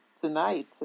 tonight